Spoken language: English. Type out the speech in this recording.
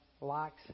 likes